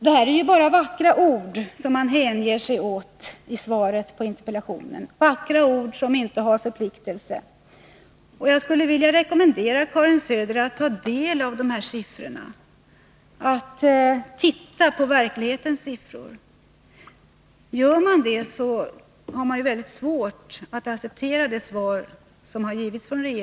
I svaret på interpellationen hänger man sig bara åt vackra ord utan någon förpliktelse. Jag skulle vilja rekommendera Karin Söder att ta del av verklighetens siffror. Gör man det har man litet svårt att acceptera det svar regeringen i dag har lämnat.